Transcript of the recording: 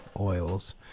oils